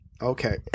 Okay